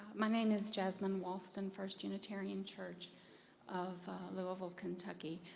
my name is jasmine walfton, first unitarian church of louisville, kentucky.